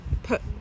Put